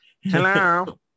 Hello